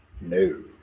no